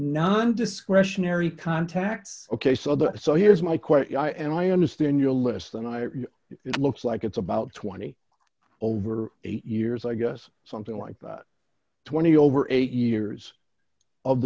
nondiscretionary contacts ok so the so here's my question and i understand your list and i it looks like it's about twenty over eight years i guess something like twenty over eight years of